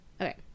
Okay